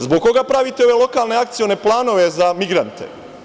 Zbog koga pravite ove lokalne akcione planove za migrante?